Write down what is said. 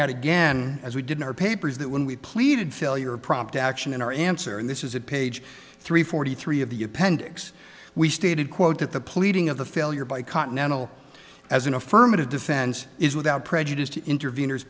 out again as we did in our papers that when we pleaded failure prompt action in our answer and this is it page three forty three of the appendix we stated quote that the pleading of the failure by continental as an affirmative defense is without prejudice to interven